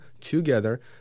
together